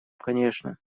конечно